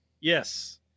yes